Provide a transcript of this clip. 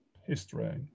history